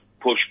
push